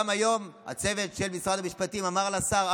גם היום הצוות של משרד המשפטים אמר לשר: